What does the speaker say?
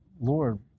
Lord